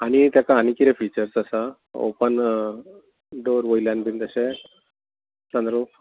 आनी ताका आनी कितें फिचर्स आसा ओपन डोर वयल्यान बी तशे सनरूफ